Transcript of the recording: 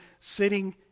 sitting